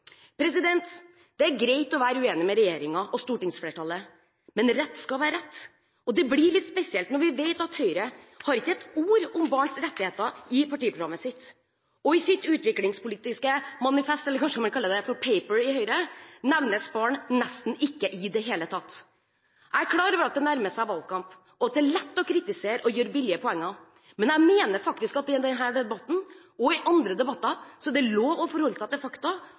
Det er greit å være uenig med regjeringen og stortingsflertallet, men rett skal være rett: Det blir litt spesielt når vi vet at Høyre ikke har ett ord om barns rettigheter i partiprogrammet sitt, og i sitt utviklingspolitiske manifest – eller kanskje man kaller det for «paper» i Høyre – nevnes barn nesten ikke i det hele tatt. Jeg er klar over at det nærmer seg valgkamp, og at det er lett å kritisere og gjøre billige poenger, men jeg mener faktisk at i denne debatten, og i andre debatter, er det lov å forholde seg til fakta